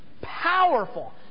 powerful